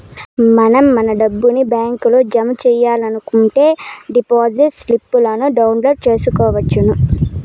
మనం మన డబ్బుని బ్యాంకులో జమ సెయ్యాలనుకుంటే డిపాజిట్ స్లిప్పులను డౌన్లోడ్ చేసుకొనవచ్చును